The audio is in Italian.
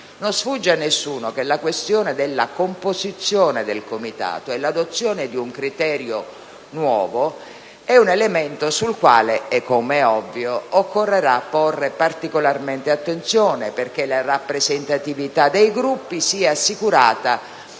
Non sfugge a nessuno che la questione della composizione del Comitato e l'adozione di un criterio nuovo è un elemento sul quale, come è ovvio, occorrerà porre particolarmente attenzione, perché la rappresentatività dei Gruppi sia assicurata